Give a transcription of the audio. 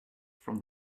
from